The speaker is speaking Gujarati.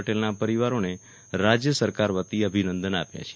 પટેલના પરિવારોને રાજ્ય સરકાર વતી અભિનંદન આપ્યા છે